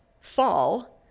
fall